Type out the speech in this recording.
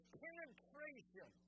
penetration